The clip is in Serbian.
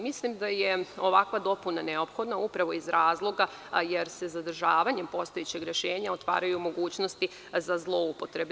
Mislim da je ovakva dopuna neophodna upravo iz razloga jer se zadržavanjem postojećeg rešenja otvaraju mogućnosti za zloupotrebe.